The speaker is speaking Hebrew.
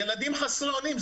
ילדים חסרי אונים,